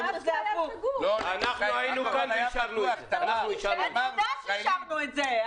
אנחנו אישרנו את זה.